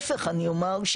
ולהפך אני אומר,